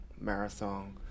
marathon